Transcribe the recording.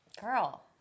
Girl